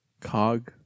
Cog